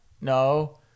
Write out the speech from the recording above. no